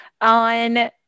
on